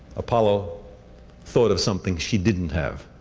apollo thought of something she didn't have.